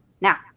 now